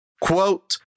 Quote